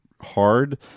hard